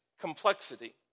complexity